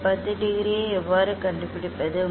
இந்த 10 டிகிரியை எவ்வாறு கண்டுபிடிப்பது